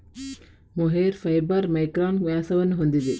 mohair fibre micron ವ್ಯಾಸವನ್ನು ಹೊಂದಿದೆ